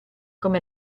come